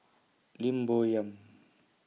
Lim Bo Yam